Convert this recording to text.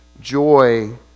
joy